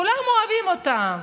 כולם אוהבים אותם,